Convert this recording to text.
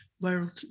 world